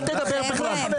אל תדבר בכלל.